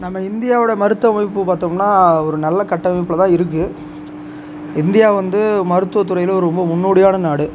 நம்ம இந்தியாவோடய மருத்துவமைப்பு பார்த்தோம்னா ஒரு நல்ல கட்டமைப்பில்தான் இருக்குது இந்தியா வந்து மருத்துவத்துறையில் ரொம்ப முன்னோடியான நாடு